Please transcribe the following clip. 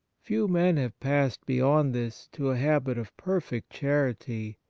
few men have passed beyond this to a habit of perfect charity,